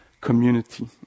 community